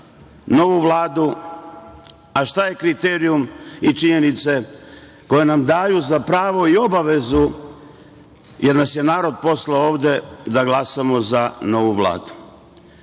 novu Vladu. A šta je kriterijum i činjenice koje nam daju za pravo i obavezu? Jer nas je narod poslao ovde da glasamo za novu Vladu. Ja